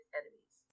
enemies